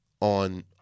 on